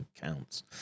counts